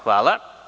Hvala.